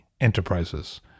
Enterprises